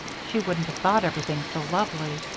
she wouldn't have thought everything so lovely.